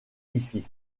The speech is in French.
ici